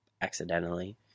accidentally